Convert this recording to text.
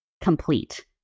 complete